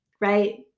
right